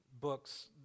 books